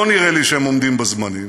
לא נראה לי שהם עומדים בזמנים,